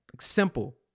simple